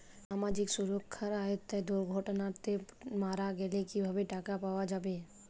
সামাজিক সুরক্ষার আওতায় দুর্ঘটনাতে মারা গেলে কিভাবে টাকা পাওয়া যাবে?